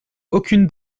aucune